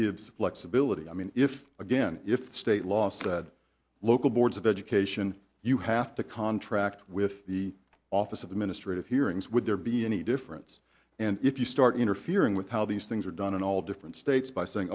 is flexibility i mean if again if the state law said local boards of education you have to contract with the office of the ministry of hearings would there be any difference and if you start interfering with how these things are done in all different states by saying